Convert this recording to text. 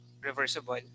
reversible